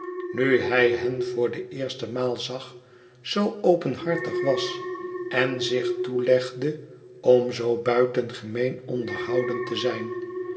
nu hij hen voor de eerste maal zag zoo openhartig was en zicb toelegde om zoo buitengemeen onderhoudend te zijn